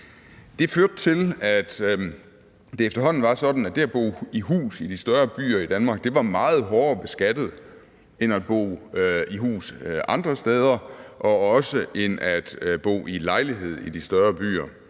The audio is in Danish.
var sådan, at det at bo i hus i de større byer i Danmark var meget hårdere beskattet end det at bo i hus andre steder og også det at bo i lejlighed i de større byer.